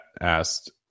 asked